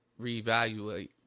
reevaluate